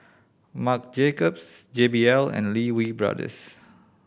Marc Jacobs J B L and Lee Wee Brothers